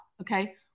Okay